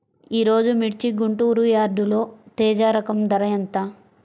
ఈరోజు మిర్చి గుంటూరు యార్డులో తేజ రకం ధర ఎంత?